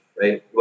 right